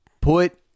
put